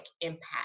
impact